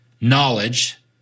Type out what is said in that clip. knowledge